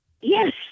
Yes